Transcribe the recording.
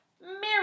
mirror